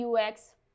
UX